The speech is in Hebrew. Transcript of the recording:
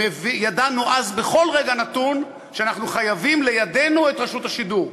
ידענו אז בכל רגע נתון שאנחנו חייבים לידנו את רשות השידור,